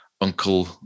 Uncle